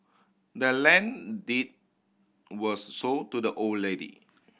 the land deed was sold to the old lady